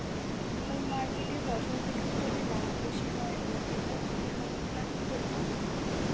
কোন মার্কেটে ফসল বিক্রি করলে লাভ বেশি হয় ও কোথায় ক্ষতি হয় তা কি করে জানবো?